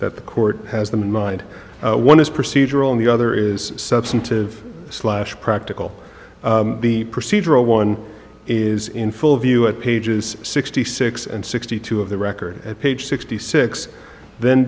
that the court has them in mind one is procedural and the other is substantive slash practical the procedural one is in full view at pages sixty six and sixty two of the record at page sixty six then